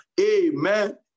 Amen